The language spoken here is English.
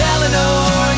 Eleanor